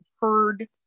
heard